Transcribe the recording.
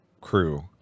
crew